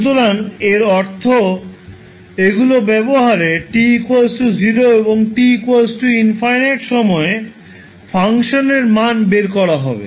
সুতরাং এর অর্থ এগুলো ব্যবহারে t 0 এবং t ∞ সময়ে ফাংশনের মান বের করা যাবে